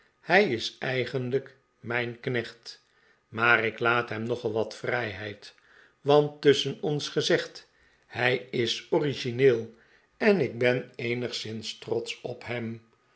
hij is eigenlijk mijn knecht maar ik iaat hem nogal wat vrijheid want tusschen ons gezegd hij is origineel en ik ben eenigszins trotsch op hem